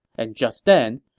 and just then,